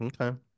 Okay